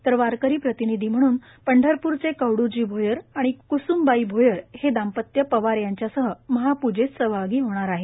तर वारकरी प्रतिनिधी म्हणून पंढरपूरचे कवडूजी भोयर आणि क्स्मबाई भोयर हे दांपत्य पवार यांच्यासह महापूजेत सहभागी होणार आहे